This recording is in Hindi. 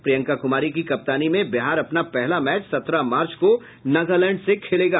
प्रियंका कुमारी की कप्तानी में बिहार अपना पहला मैच सत्रह मार्च को नागालैंड से खेलेगा